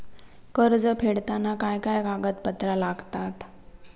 कर्ज फेडताना काय काय कागदपत्रा लागतात?